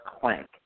clank